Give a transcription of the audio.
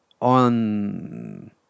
on